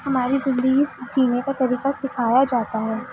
ہماری زندگی جینے کا طریقہ سکھایا جاتا ہے